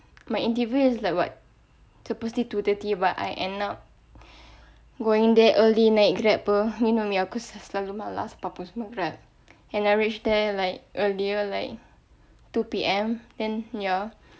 my interview is like what supposedly two thirty but I end up going there early I grab err you know me aku selalu malas apa-apa semua grab and I reach there like earlier like two P_M then ya